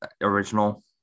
original